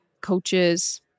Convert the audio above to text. coaches